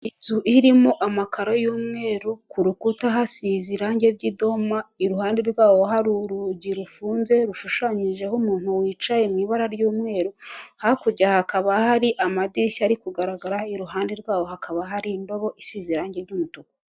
Inzu irimo amakaro y'umweru, ku rukuta hasize irangi ry'idoma, iruhande rwabo hari urugi rufunze, rushushanyijeho umuntu wicaye mu ibara ry'umweru, hakurya hakaba hari amadirishya ari kugaragara, iruhande rwabo hakaba hari indobo isize irangi ry'umutuku.